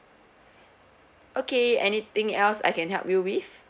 okay anything else I can help you with